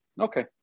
Okay